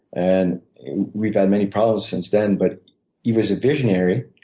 and we've had many problems since then. but he was a visionary